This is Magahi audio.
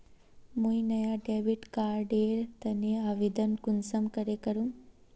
मुई नया डेबिट कार्ड एर तने आवेदन कुंसम करे करूम?